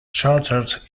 chartered